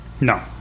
No